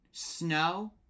Snow